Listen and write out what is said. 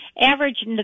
Average